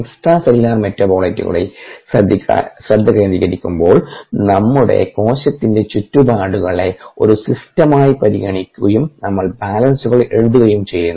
extra cellular മെറ്റബോളിറ്റുകളിൽ ശ്രദ്ധ കേന്ദ്രീകരിക്കുമ്പോൾ നമ്മുടെ കോശത്തിൻറെ ചുറ്റുപാടുകളെ ഒരു സിസ്റ്റമായി പരിഗണിക്കുകയും നമ്മൾ ബാലൻസുകൾ എഴുതുകയും ചെയ്യുന്നു